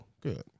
good